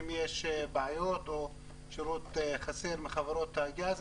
אם יש בעיות או שירות חסר מחברות הגז,